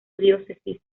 diócesis